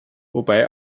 wobei